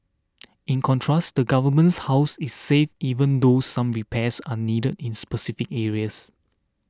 in contrast the government's house is safe even though some repairs are needed in specific areas